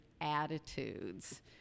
attitudes